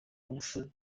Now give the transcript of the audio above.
公司